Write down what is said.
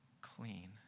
clean